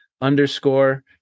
underscore